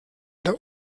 der